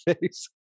face